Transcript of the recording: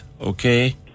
okay